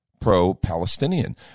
pro-Palestinian